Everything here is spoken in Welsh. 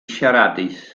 siaradus